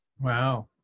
Wow